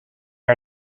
are